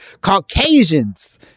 Caucasians